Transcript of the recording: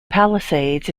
palisades